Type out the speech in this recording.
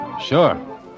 Sure